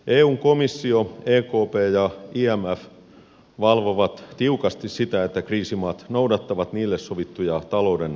eun komissio ekp ja imf valvovat tiukasti sitä että kriisimaat noudattavat niille sovittuja talouden sopeuttamisohjelmia